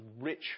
rich